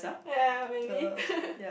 ya ya maybe